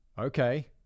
Okay